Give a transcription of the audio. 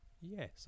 Yes